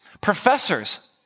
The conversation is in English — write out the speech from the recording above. professors